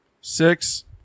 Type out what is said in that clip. six